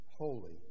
holy